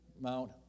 Mount